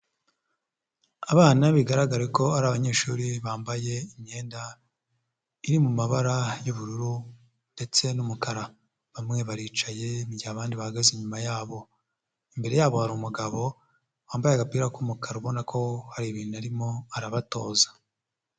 Abana bigaragare ko ari abanyeshuri bambaye imyenda iri mu mumabara y'ubururu ndetse n'umukara. Bamwe baricaye mu gihe abandi bahagaze inyuma yabo. Imbere yabo hari umugabo wambaye agapira k'umukara ubona ko hari ibintu arimo arabatoza.